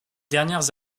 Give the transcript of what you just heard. dernières